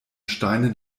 steine